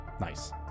Nice